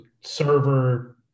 server